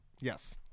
Yes